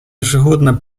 ежегодно